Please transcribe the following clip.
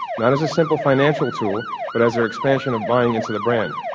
not as a simple financial tool but as their expansion of buying into the brand.